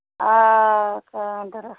آ کٲم کٔرٕس